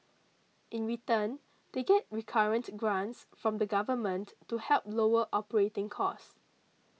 in return they get recurrent grants from the government to help lower operating costs